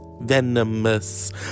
venomous